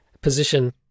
position